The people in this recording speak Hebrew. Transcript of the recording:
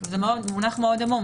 זה מונח מאוד עמום.